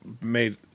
made